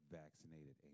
vaccinated